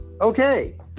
okay